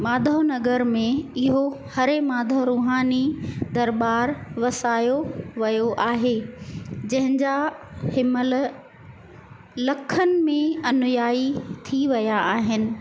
माधव नगर में इहो हरे माधव रूहानी दरबार वसायो वियो आहे जंहिंजा हिनमाल्हि लखनि में अनुयाई थी विया आहिनि